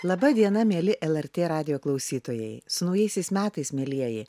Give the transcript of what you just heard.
laba diena mieli lrt radijo klausytojai su naujaisiais metais mielieji